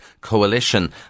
coalition